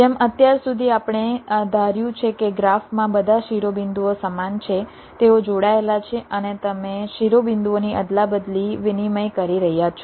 જેમ અત્યાર સુધી આપણે ધાર્યું છે કે ગ્રાફમાં બધા શિરોબિંદુઓ સમાન છે તેઓ જોડાયેલા છે અને તમે શિરોબિંદુઓની અદલાબદલી વિનિમય કરી રહ્યાં છો